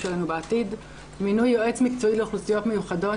עלינו בעתיד: מינוי יועץ מקצועי לאוכלוסיות מיוחדות,